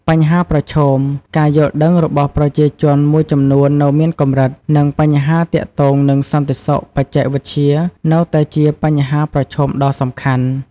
បញ្ហាប្រឈម ការយល់ដឹងរបស់ប្រជាជនមួយចំនួននៅមានកម្រិត និងបញ្ហាទាក់ទងនឹងសន្តិសុខបច្ចេកវិទ្យានៅតែជាបញ្ហាប្រឈមដ៏សំខាន់។